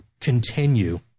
continue